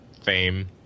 fame